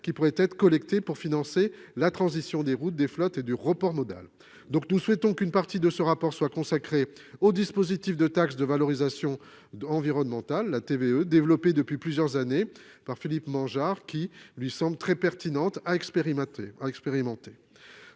qui pourraient être collectés pour financer la transition des routes, des flottes et du report modal. Nous souhaitons qu'une partie de ce rapport soit consacrée au dispositif de taxe de valorisation environnementale (TVE), développé depuis plusieurs années par Philippe Mangeart, et qu'il semblerait pertinent d'expérimenter.